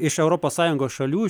iš europos sąjungos šalių